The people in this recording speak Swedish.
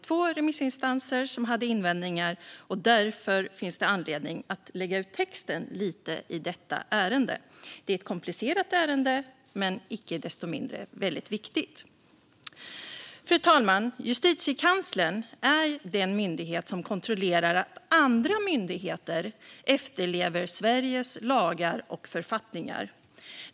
Två remissinstanser hade dock invändningar, och därför finns det anledning att lägga ut texten lite i detta komplicerade och viktiga ärende. Fru talman! Justitiekanslern är den myndighet som kontrollerar att andra myndigheter efterlever Sveriges lagar och författningar.